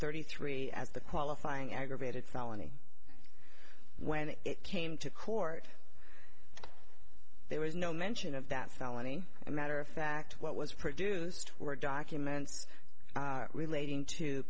thirty three as the qualifying aggravated felony when it came to court there was no mention of that felony a matter of fact what was produced were documents relating to